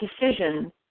decision